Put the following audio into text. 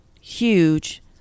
huge